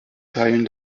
teilen